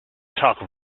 talk